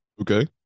okay